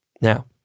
now